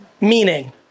Meaning